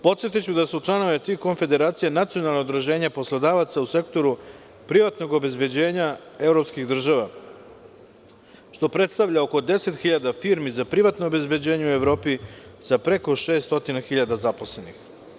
Podsetiću da su članovi tih konfederacija nacionalna udruženja poslodavaca u sektoru privatnog obezbeđenja evropskih država, što predstavlja oko 10.000 firmi za privatno obezbeđenje u Evropi sa preko 600.000 zaposlenih.